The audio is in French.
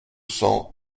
cents